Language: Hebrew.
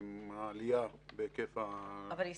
האם משרד הביטחון מחויב לזה או רק אם תהיה תרומה ואז זה ימומש.